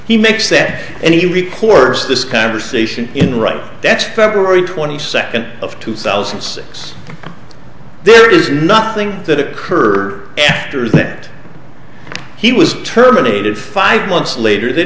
he makes that and he records this conversation in right that's february twenty second of two thousand and six there is nothing that occur after that he was terminated five months later they